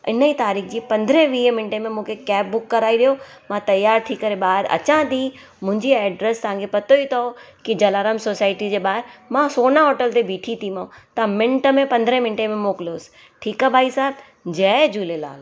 इन ई तारीख़ जी पंद्रहें वीह मिंट में मूंखे कैब बुक कराइ ॾियो मां तयारु थी करे ॿाहिरि अचां थी मुंहिंजी एड्रस तव्हांखे पतो ई अथव की जलाराम सोसायटी जे ॿाहिरि मां सोना होटल ते बीठी थी माव तव्हां मिंट में पंद्रहें मिंटे में मोकिलियोसि ठीकु आहे भाई साहबु जय झूलेलाल